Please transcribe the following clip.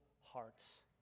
hearts